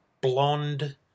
blonde